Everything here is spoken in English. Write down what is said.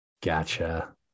Gotcha